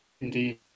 Indeed